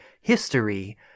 history